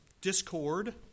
discord